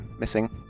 Missing